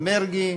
מס' 2324,